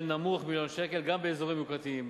נמוך ממיליון שקל גם באזורים יוקרתיים.